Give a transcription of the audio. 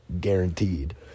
guaranteed